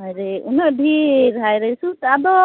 ᱦᱟᱭᱨᱮ ᱩᱱᱟᱹᱜ ᱰᱷᱮᱨ ᱥᱩᱫᱽ ᱟᱫᱚ